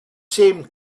same